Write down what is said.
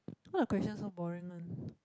why the question so boring one